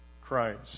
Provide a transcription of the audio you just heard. Christ